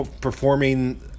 performing